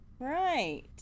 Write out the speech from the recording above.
Right